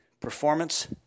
performance